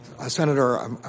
Senator